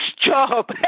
job